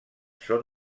són